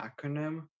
acronym